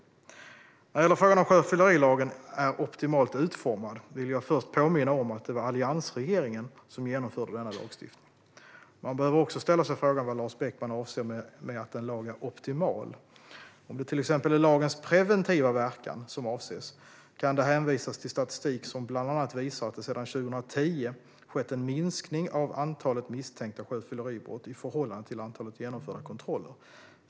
När det gäller frågan om sjöfyllerilagen är optimalt utformad vill jag först påminna om att det var alliansregeringen som genomförde denna lagstiftning. Man behöver också ställa sig frågan vad Lars Beckman avser med att en lag är optimal. Om det till exempel är lagens preventiva verkan som avses kan det hänvisas till statistik som bland annat visar att det sedan 2010 skett en minskning av antalet misstänkta sjöfylleribrott i förhållande till antalet genomförda kontroller.